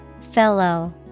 Fellow